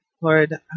Lord